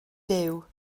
duw